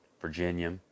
Virginia